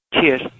Cheers